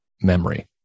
memory